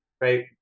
right